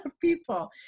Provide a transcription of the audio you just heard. people